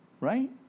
right